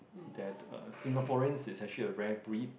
that uh Singaporeans is actually a rare breed